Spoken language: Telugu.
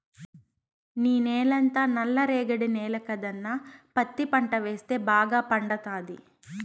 నీ నేలంతా నల్ల రేగడి నేల కదన్నా పత్తి పంట వేస్తే బాగా పండతాది